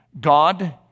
God